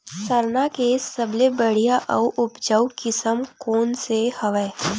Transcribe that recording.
सरना के सबले बढ़िया आऊ उपजाऊ किसम कोन से हवय?